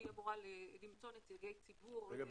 שהיא אמורה למצוא נציגי ציבור --- רגע,